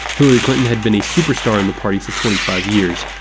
hillary clinton had been a superstar in the party for twenty five years,